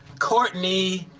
courtney,